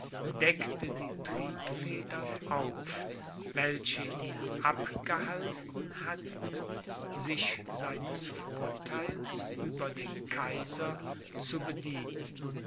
deckte die triebfedern auf welche ihn abgehalten hatten sich seines vortheils über den kaiser zu bedienen